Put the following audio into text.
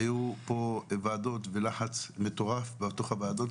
היו פה ועדות ולחץ מטורף בתוך הוועדות,